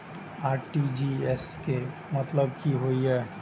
RTGS के मतलब की होय ये?